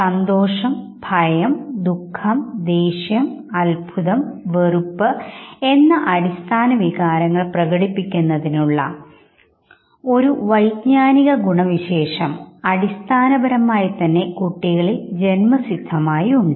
സന്തോഷം ഭയം ദുഃഖം ദേഷ്യം അൽഭുതം വെറുപ്പ് എന്ന അടിസ്ഥാനവികാരങ്ങൾ പ്രകടിപ്പിക്കുന്നതിനുള്ള ഒരു വൈജ്ഞാനിക ഗുണവിശേഷം അടിസ്ഥാനപരമായി കുട്ടികളിൽ ജന്മസിദ്ധമായി തന്നെ ഉണ്ട്